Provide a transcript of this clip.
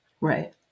Right